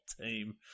team